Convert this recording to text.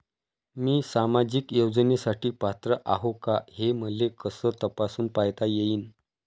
मी सामाजिक योजनेसाठी पात्र आहो का, हे मले कस तपासून पायता येईन?